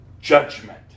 judgment